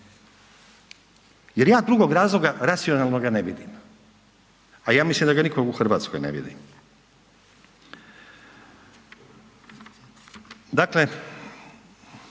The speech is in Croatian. jer ja drugog razloga racionalnog ne vidim, a ja mislim da ga nitko u Hrvatskoj ne vidi. Dakle,